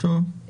טוב.